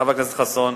חבר הכנסת חסון,